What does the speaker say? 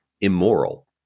immoral